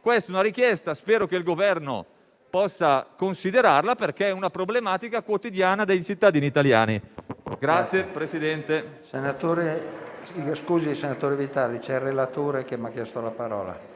Questa è la richiesta e spero che il Governo possa considerarla, perché è una problematica quotidiana dei cittadini italiani.